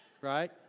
right